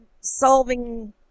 solving